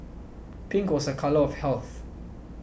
pink was a colour of health